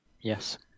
Yes